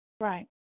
Right